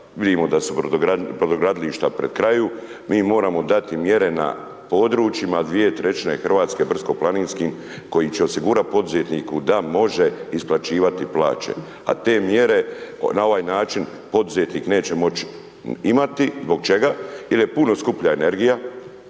vidimo da su brodogradilišta pri kraju. Mi moramo dati mjere na područjima dvije trećine Hrvatske brdsko-planinskim koji će osigurati poduzetniku da može isplaćivati plaće. A te mjere na ovaj način poduzetnik neće moći imati. Zbog čega? Jer je puno skuplja energija,